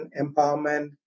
empowerment